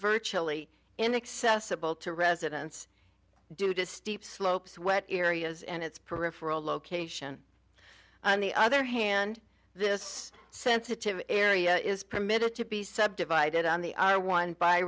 virtually inaccessible to residents due to steep slopes what areas and its peripheral location on the other hand this sensitive area is permitted to be subdivided on the i want by